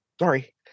sorry